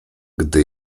gdy